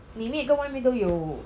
里面跟外面都有